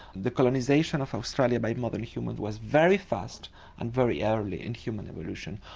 the colonisation of australia by modern humans was very fast and very early in human evolution,